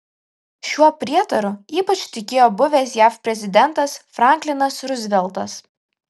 šiuo prietaru ypač tikėjo buvęs jav prezidentas franklinas ruzveltas